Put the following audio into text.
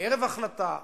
ערב ההחלטה,